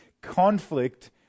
conflict